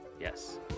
Yes